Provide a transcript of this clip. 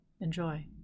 Enjoy